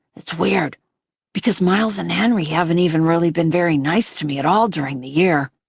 it's weird because miles and henry haven't even really been very nice to me at all during the year.